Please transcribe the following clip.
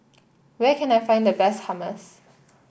where can I find the best Hummus